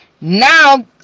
Now